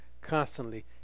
constantly